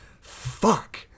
fuck